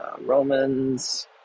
Romans